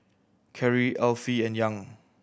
Kerry Alfie and Young